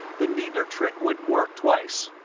the needler trick wouldn't work twice.